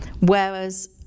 Whereas